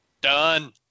Done